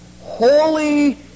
holy